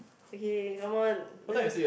okay come on let's